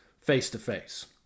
face-to-face